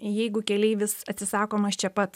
jeigu keleivis atsisakomas čia pat